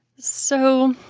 so,